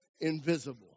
invisible